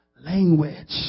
language